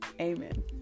Amen